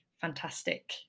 fantastic